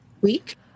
week